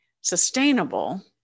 sustainable